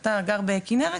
אתה גר בכינרת,